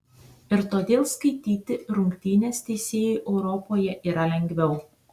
ir todėl skaityti rungtynes teisėjui europoje yra lengviau